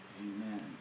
amen